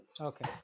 Okay